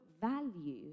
value